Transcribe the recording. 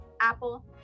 Apple